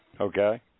Okay